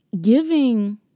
giving